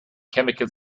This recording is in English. chemical